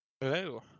hello